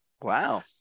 wow